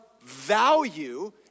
value